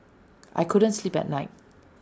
I couldn't sleep last night